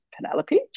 Penelope